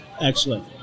Excellent